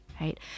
right